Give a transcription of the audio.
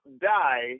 die